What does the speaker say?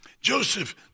Joseph